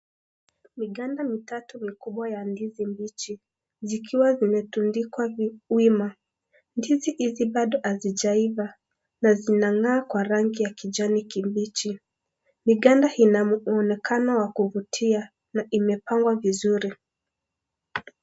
Miganda mitatu mikubwa ya ndizi mbichi zikiwa zimetundikwa wima. Ndizi hizi bado hazijaiva na zinang'aa kwa rangi ya kijani kibichi. Miganda inamuonekano wa kuvutia na imepangwa vizuri.